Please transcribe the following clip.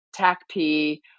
TACP